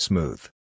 Smooth